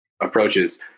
approaches